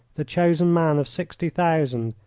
the chosen man of sixty thousand,